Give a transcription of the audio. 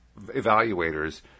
evaluators